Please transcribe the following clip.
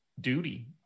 duty